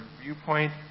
viewpoint